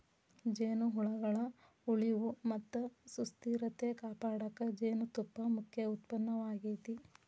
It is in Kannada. ಜೇನುಹುಳಗಳ ಉಳಿವು ಮತ್ತ ಸುಸ್ಥಿರತೆ ಕಾಪಾಡಕ ಜೇನುತುಪ್ಪ ಮುಖ್ಯ ಉತ್ಪನ್ನವಾಗೇತಿ